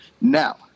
Now